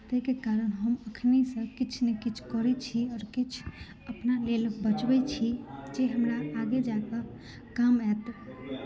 ताहिके कारण हम हम एखनहिसँ किछु ने किछु करैत छी आओर किछु अपना लेल बचबैत छी जे हमरा आगे जाऽ कऽ काम आयत